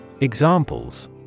Examples